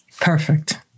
Perfect